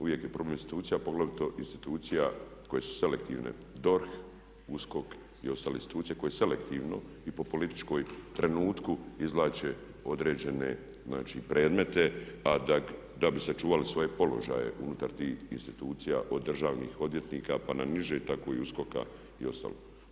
Uvijek je problem institucija, poglavito institucija koje se selektivne DORH, USKOK i ostale institucije koje selektivno i po političkoj trenutku izvlače određene, znači predmete a da bi sačuvali svoje položaje unutar tih institucija od državnih odvjetnika, pa na niže, tako i USKOK-a i ostalog.